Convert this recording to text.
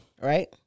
right